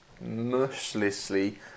mercilessly